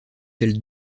elle